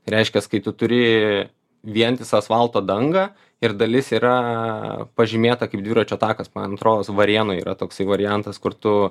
reiškias kai tu turi vientisą asfalto dangą ir dalis yra pažymėta kaip dviračio takas man atrodo varėnoj yra toksai variantas kur tu